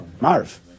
marv